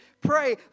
pray